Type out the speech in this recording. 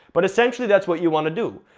but essentially that's what you wanna do,